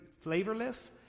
flavorless